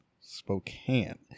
spokane